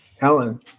Helen